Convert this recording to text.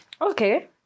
Okay